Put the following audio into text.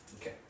Okay